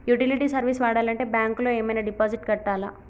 Utility service వాడాలంటే bank లో ఏమైనా డిపాజిట్ కట్టాలా?